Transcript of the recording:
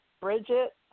Bridget